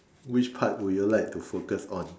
which part would you like to focus on